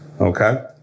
Okay